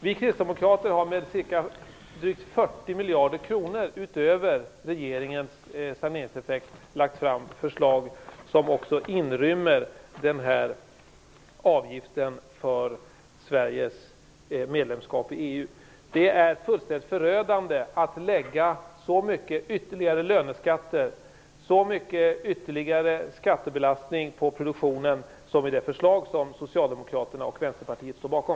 Vi kristdemokrater har lagt fram förslag på drygt 40 miljarder kronor utöver regeringens saneringseffekt, vilket också inrymmer avgiften för Sveriges medlemskap i EU. Det är fullständigt förödande att lägga så mycket ytterligare löneskatter, så mycket ytterligare skattebelastning på produktionen som man gör i det förslag som Socialdemokraterna och Vänsterpartiet står bakom.